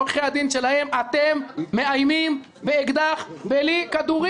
לעורכי הדין שלהם: אתם מאיימים באקדח בלי כדורים.